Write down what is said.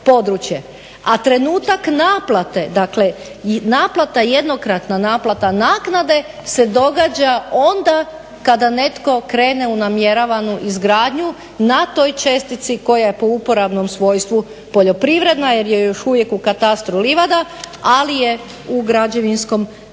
a trenutak naplate, dakle naplata jednokratna naplata naknade se događa onda kada netko krene u namjeravanu izgradnju na toj čestici koja je po uporabnom svojstvu poljoprivredna jer je još uvijek u katastru livada ali je u građevinskom području.